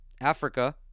Africa